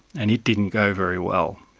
and it didn't go very well.